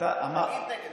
תגיד נגד זה.